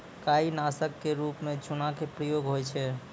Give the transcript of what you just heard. काई नासक क रूप म चूना के प्रयोग होय छै